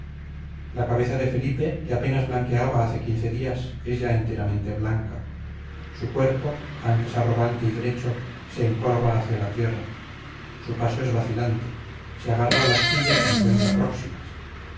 la cabeza de felipe que apenas blanqueaba hace quince días es ya enteramente blanca su cuerpo antes arrogante y derecho se encorva hacia la tierra su paso es vacilante se agarra a las sillas que encuentra próximas